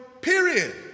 period